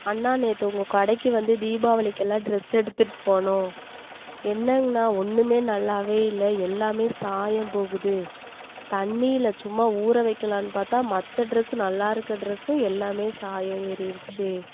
அண்ணா நேற்று உங்கள் கடைக்கி வந்து தீபாவளிக்கெல்லாம் ட்ரெஸ் எடுத்துட்டு போனோம் என்னங்கண்ணா ஒன்றுமே நல்லாவே இல்லை எல்லாமே சாயம் போகுது தண்ணியில் சும்மா ஊற வைக்கிலான் பார்த்தா மற்றட்ரெஸ் நல்லா இருக்க ட்ரெஸ்ஸும் எல்லாமே சாயம் ஏறிடிச்சி